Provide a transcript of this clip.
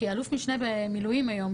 כאלוף משנה במילואים היום,